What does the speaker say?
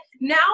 now